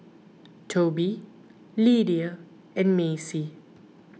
Toby Lidia and Macey